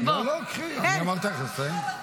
לא, קחי, אני אמרתי לך לסיים?